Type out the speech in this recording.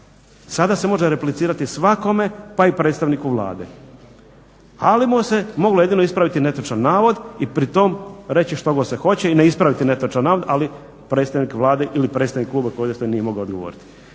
Sada se može replicirati svakome pa i predstavniku Vlade ali mu se može ispraviti netočan navod i pri tome reći što god se hoće i ne ispraviti netočan navod ali predstavnik Vlade ili predstavnik kluba … nije mogao odgovoriti.